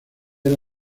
era